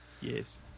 Yes